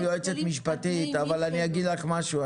את היועצת המשפטית אבל אני אגיד לך משהו,